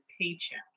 paycheck